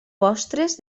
postres